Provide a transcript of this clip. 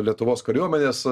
lietuvos kariuomenės